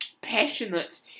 passionate